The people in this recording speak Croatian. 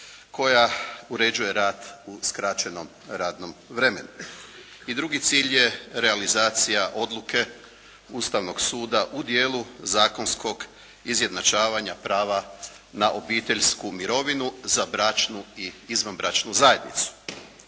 koja uređuje rad u skraćenom radnom vremenu. I drugi cilj je realizacija odluke Ustavnog suda u dijelu zakonskog izjednačavanja prava na obiteljsku mirovinu za bračnu i izvanbračnu zajednicu.